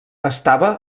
estava